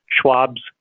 Schwab's